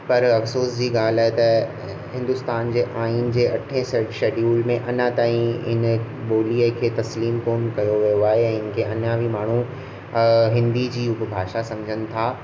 पर अफसोस जी ॻाल्हि आहे त हिंदुस्तान जे आइन जे अठे शड्यूल में अञा ताईं इन ॿोलीअ खे तस्लीम कोन कयो वियो आहे हिन माण्हुनि हिंदी जी उपभाषा सम्झनि ता